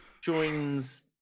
joins